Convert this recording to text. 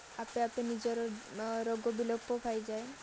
ଆପେ ଆପେ ନିଜର ରୋଗ ବିଲୋପ ପାଇଯାଏ